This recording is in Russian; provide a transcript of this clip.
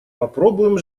попробуем